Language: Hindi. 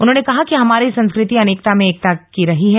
उन्होंने कहा कि हमारी संस्कृति अनेकता में एकता की रही है